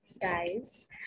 guys